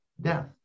death